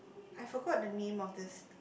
I forgot the name of this